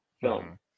film